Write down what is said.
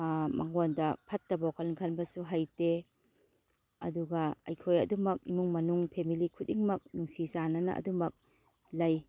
ꯃꯉꯣꯟꯗ ꯐꯠꯇꯕ ꯋꯥꯈꯜ ꯈꯟꯕꯁꯨ ꯍꯩꯇꯦ ꯑꯗꯨꯒ ꯑꯩꯈꯣꯏ ꯑꯗꯨꯃꯛ ꯏꯃꯨꯡ ꯃꯅꯨꯡ ꯐꯦꯃꯂꯤ ꯈꯨꯗꯤꯡꯃꯛ ꯅꯨꯡꯁꯤ ꯆꯥꯟꯅꯅ ꯑꯗꯨꯃꯛ ꯂꯩ